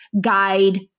guide